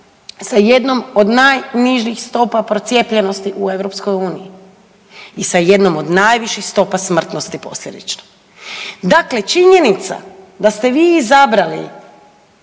sa jednom od najnižih stopa procijepljenosti u EU i sa jednom od najviših stopa smrtnosti posljedično. Dakle, činjenica da ste vi izabrali